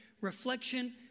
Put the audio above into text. Reflection